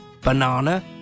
banana